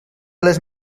les